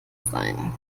sein